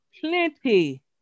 plenty